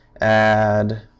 add